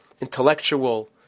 intellectual